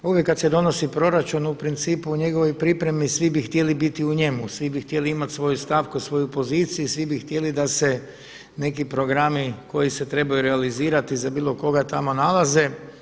Uvijek kad se donosi proračun u principu u njegovoj pripremi svi bi htjeli biti u njemu, svi bi htjeli imati svoju stavku, svoju poziciju, svi bi htjeli da se neki programi koji se trebaju realizirati za bilo koga tamo nalaze.